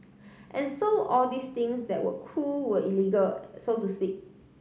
and so all these things that were cool were illegal so to speak